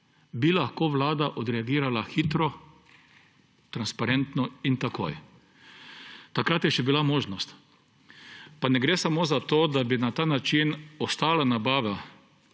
bi lahko Vlada odreagirala hitro, transparentno in takoj. Takrat je še bila možnost. Ne gre samo za to, da bi na ta način druga nabava